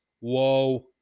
Whoa